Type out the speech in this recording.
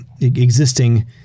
existing